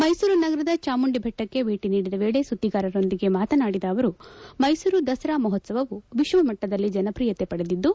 ಮೈಸೂರು ನಗರದ ಚಾಮುಂಡಿ ಬೆಟ್ಟಕ್ಕೆ ಭೇಟ ನೀಡಿದ ವೇಳೆ ಸುದ್ದಿಗಾರರೊಂದಿಗೆ ಮಾತನಾಡಿದ ಅವರು ಮೈಸೂರು ದಸರಾ ಮಹೋತ್ಸವವು ವಿಶ್ವ ಮಟ್ಟದಲ್ಲಿ ಜನಪ್ರಿಯತೆ ಪಡೆದಿದ್ದು